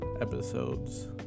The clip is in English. episodes